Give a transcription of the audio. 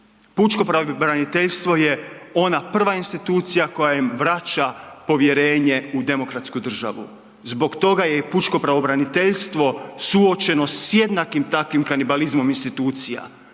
Pučko pravobraniteljstvo je ona prva institucija koja im vraća povjerenje u demokratsku državu, zbog toga je i pučko pravobraniteljstvo suočeno s jednakim takvim kanibalizmom institucija,